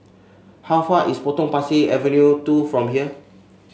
how far is Potong Pasir Avenue two from here